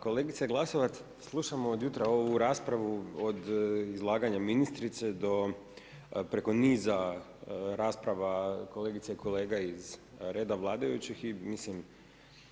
Kolegice Glasovac, slušam od jutra ovu raspravu, od izlaganja ministrice do preko niza rasprava kolegica i kolega iz reda vladajućih i mislim,